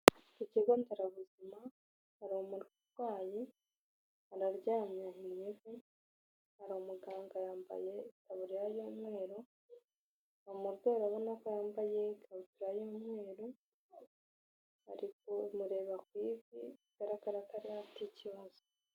Ku kigo nderabuzima hari umurwayi araryamye ahinnye ivi, hari umuganga yambaye itaburiya y'umweru, umurwayi urabona ko yambaye ikabutura y'umweru ari ku mureba ku ivi kubera ko ariho afite ikibazo.